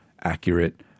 accurate